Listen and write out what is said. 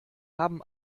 haben